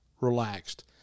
relaxed